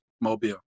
Mobile